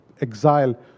exile